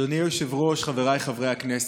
אדוני היושב-ראש, חבריי חברי הכנסת,